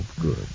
Good